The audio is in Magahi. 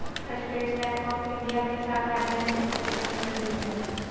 स्टेट बैंक ऑफ़ इंडिया के शाखा ढेर मनी देश मे भी हय